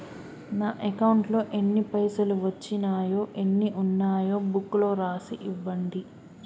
నా అకౌంట్లో ఎన్ని పైసలు వచ్చినాయో ఎన్ని ఉన్నాయో బుక్ లో రాసి ఇవ్వండి?